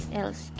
else